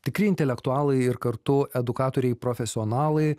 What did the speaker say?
tikri intelektualai ir kartu edukatoriai profesionalai